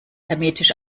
hermetisch